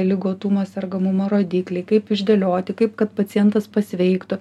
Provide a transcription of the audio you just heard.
ligotumo sergamumo rodikliai kaip išdėlioti kaip kad pacientas pasveiktų